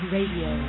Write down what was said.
Radio